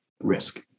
risk